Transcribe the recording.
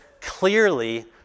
clearly